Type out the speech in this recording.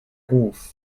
ruf